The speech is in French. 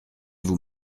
vous